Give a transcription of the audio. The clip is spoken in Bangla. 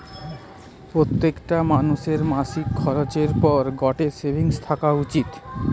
প্রত্যেকটা মানুষের মাসিক খরচের পর গটে সেভিংস থাকা উচিত